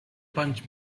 punch